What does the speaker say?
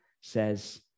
says